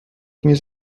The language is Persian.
میز